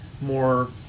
more